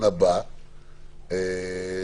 הבא,